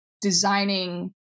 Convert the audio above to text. designing